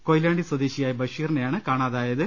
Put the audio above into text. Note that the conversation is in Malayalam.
കൊയിലാണ്ടി സ്വദേശിയായ ബഷീറി നെയാണ് കാണാതായത്